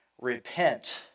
repent